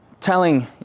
telling